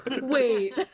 Wait